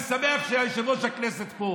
ואני שמח שיושב-ראש הכנסת פה.